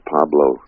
Pablo